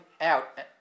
out